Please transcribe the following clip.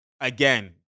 again